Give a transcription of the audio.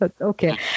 okay